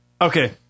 Okay